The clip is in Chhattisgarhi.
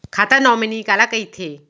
खाता नॉमिनी काला कइथे?